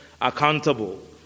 accountable